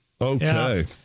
Okay